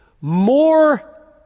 More